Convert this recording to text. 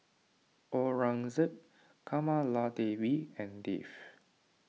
Aurangzeb Kamaladevi and Dev